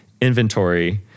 inventory